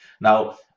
Now